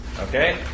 Okay